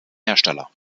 hersteller